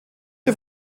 der